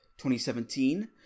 2017